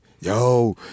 Yo